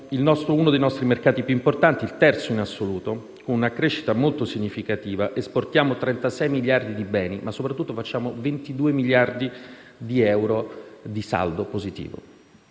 uno dei nostri mercati più importanti, il terzo in assoluto, con una crescita molto significativa: esportiamo 36 miliardi di beni ma soprattutto facciamo 22 miliardi di euro di saldo positivo.